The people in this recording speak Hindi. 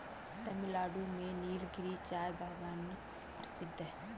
तमिलनाडु में नीलगिरी चाय बागान प्रसिद्ध है